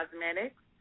Cosmetics